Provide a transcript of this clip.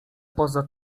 poza